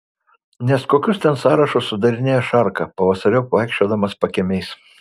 nes kokius ten sąrašus sudarinėjo šarka pavasariop vaikščiodamas pakiemiais